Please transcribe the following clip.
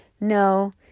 No